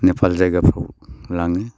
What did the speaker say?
नेपाल जायगाफ्राव लाङो